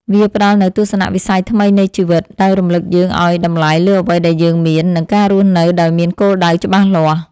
វាផ្ដល់នូវទស្សនៈវិស័យថ្មីនៃជីវិត ដោយរំលឹកយើងឱ្យតម្លៃលើអ្វីដែលយើងមាន និងការរស់នៅដោយមានគោលដៅច្បាស់លាស់។